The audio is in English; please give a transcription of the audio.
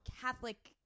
Catholic